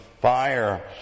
fire